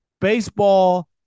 Baseball